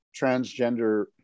transgender